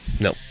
No